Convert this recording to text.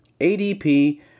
ADP